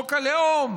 חוק הלאום